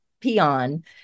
peon